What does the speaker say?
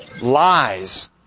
lies